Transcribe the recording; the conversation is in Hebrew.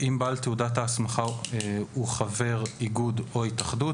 (5)אם בעל תעודת ההסמכה הוא חבר איגוד או התאחדות,